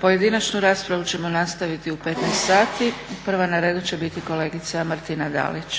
Pojedinačnu raspravu ćemo nastaviti u 15,00 sati. Prva na redu će biti kolegica Martina Dalić.